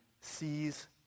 sees